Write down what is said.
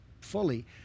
fully